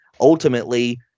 ultimately